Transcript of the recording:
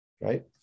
Right